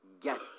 get